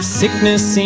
sickness